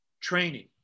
training